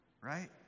right